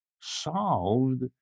solved